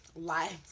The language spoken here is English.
lives